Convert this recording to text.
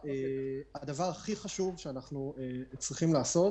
הדבר הכי חשוב שאנחנו צריכים לעשות